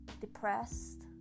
depressed